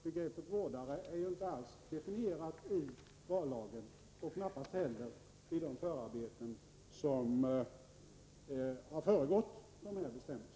Begreppet vårdare är inte definierat i vallagen och knappast heller i de förarbeten som föregått dessa bestämmelser.